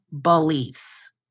beliefs